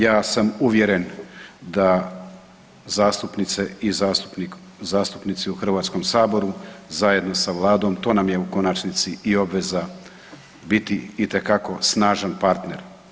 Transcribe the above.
Ja sam uvjeren da zastupnice i zastupnici u Hrvatskom saboru zajedno sa Vladom, to nam je u konačnici i obveza biti itekako snažan partner.